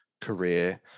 career